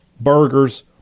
burgers